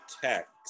text